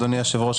אדוני היושב-ראש,